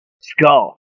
skull